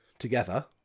together